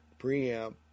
preamp